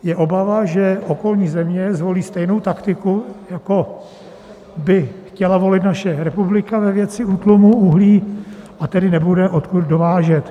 Je obava, že okolní země zvolí stejnou taktiku, jakou by chtěla volit naše republika ve věci útlumu uhlí, a tedy nebude odkud dovážet.